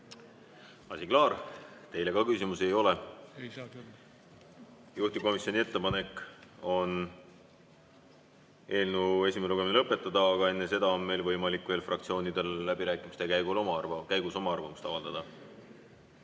Asi klaar. Teile ka küsimusi ei ole. Juhtivkomisjoni ettepanek on eelnõu esimene lugemine lõpetada, aga enne seda on võimalik fraktsioonidel läbirääkimiste käigus oma arvamust avaldada.